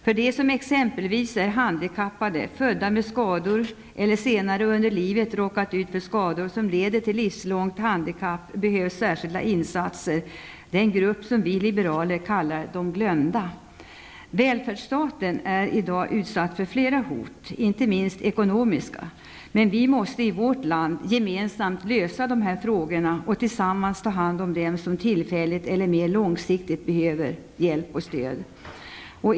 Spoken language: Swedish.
För dem som exempelvis är handikappade, födda med skador eller senare under livet råkat ut för skador som leder till livslångt handikapp, behövs särskilda insatser. Det är den grupp vi liberaler kallar ''de glömda''. Välfärdsstaten är i dag utsatt för flera hot -- inte minst ekonomiska. Men vi måste i vårt land gemensamt lösa dessa frågor och tillsammans ta hand om dem som tillfälligt eller mer långsiktigt behöver hjälp och stöd.